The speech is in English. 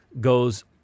goes